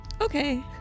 Okay